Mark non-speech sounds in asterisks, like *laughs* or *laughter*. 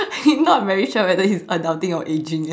*laughs* not very sure is adulting or ageing eh